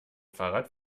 fahrrad